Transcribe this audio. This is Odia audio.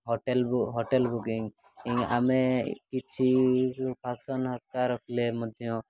ହୋଟେଲ୍ ହୋଟେଲ୍ ବୁକିଂ ଆମେ କିଛି ଫଙ୍କ୍ସନ୍ ହେରିକା ରଖିଲେ ମଧ୍ୟ